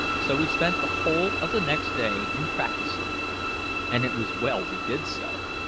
so we spent the whole of the next day in practising. and it was well we did so,